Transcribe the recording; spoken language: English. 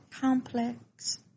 complex